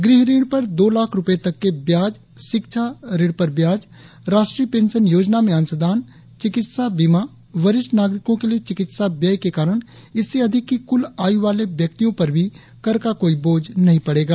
गृह ऋण पर दो लाख़ रुपये तक के ब्याज शिक्षा ऋण पर ब्याज राष्ट्रीय पेंशन योजना में अंशदान चिकित्सा बीमा वरिष्ठ नागरिकों के लिए चिकित्सा व्यय के कारण इससे अधिक की कुल आयु वाले व्यक्तियों पर भी कर का कोई बोझ नहीं पड़ेगा